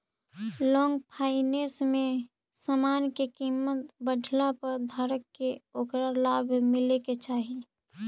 long finance में समान के कीमत बढ़ला पर धारक के ओकरा लाभ मिले के चाही